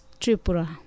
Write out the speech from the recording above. Tripura